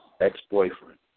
ex-boyfriend